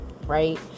right